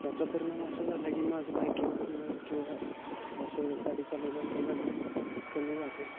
याचा परिणाम असा झालं आहे की माझं बाईकिंग करणं किंवा असं गाडी चालवण्यासाठी जाणं कमी झालं आहे